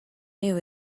new